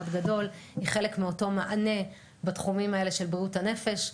גדול היא חלק מאותו מענה בתחומים של בריאות הנפש,